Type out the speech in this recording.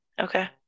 okay